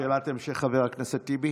שאלת המשך, לחבר הכנסת טיבי.